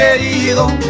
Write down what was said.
querido